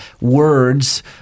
words